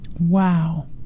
Wow